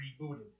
rebooted